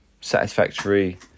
satisfactory